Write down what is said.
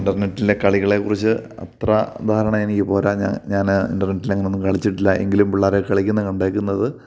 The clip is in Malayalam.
ഇൻറ്റർനെറ്റിന്റെ കളികളെ കുറിച്ച് അത്ര ധാരണ എനിക്ക് പോരാ ഞാ ഞാന് ഇൻറ്റർനെറ്റിലങ്ങനൊന്നും കളിച്ചിട്ടില്ല എങ്കിലും പിള്ളേരെക്കെ കളിക്കുന്ന കണ്ടേക്കുന്നത്